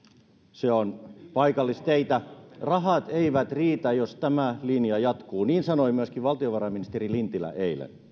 se on paikallisteitä rahat eivät riitä jos tämä linja jatkuu niin sanoi myöskin valtiovarainministeri lintilä eilen